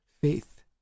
faith